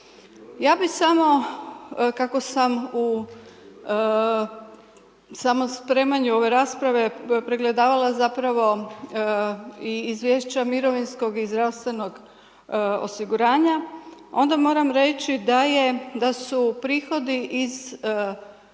Ja bi samo kako sam u samo spremanju ove rasprave, pregledavala zapravo i izvješća mirovinskog i zdravstvenog osiguranja, onda moram reći da je, da su prihodi iz